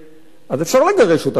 אז אפשר לגרש אותם מישראל.